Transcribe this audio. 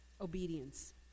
Obedience